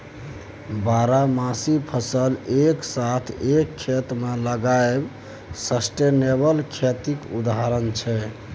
बारहमासी फसल एक साथ एक खेत मे लगाएब सस्टेनेबल खेतीक उदाहरण छै